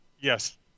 yes